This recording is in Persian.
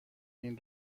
این